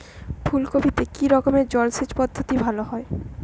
ফুলকপিতে কি রকমের জলসেচ পদ্ধতি ভালো হয়?